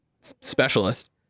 specialist